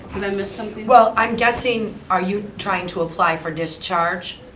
and i miss something? well i'm guessing, are you trying to apply for discharge?